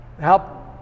help